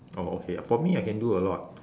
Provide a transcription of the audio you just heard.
oh okay for me I can do a lot